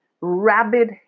rabid